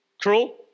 Cruel